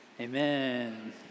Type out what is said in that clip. Amen